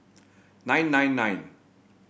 nine nine nine